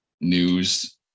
news